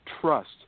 trust